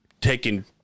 taking